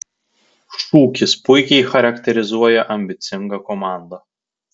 šūkis puikiai charakterizuoja ambicingą komandą